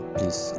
Please